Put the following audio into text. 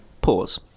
pause